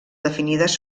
definides